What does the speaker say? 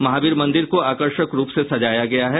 महावीर मंदिर को आकर्षक रूप से सजाया गया है